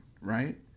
right